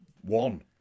one